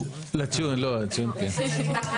הדרישה נדחתה.